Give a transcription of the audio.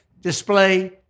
display